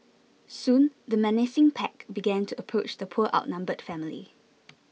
soon the menacing pack began to approach the poor outnumbered family